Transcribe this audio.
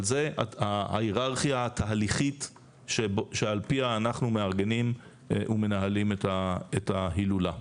אבל זו ההיררכיה התהליכית שעל פיה אנחנו מארגנים ומנהלים את ההילולה.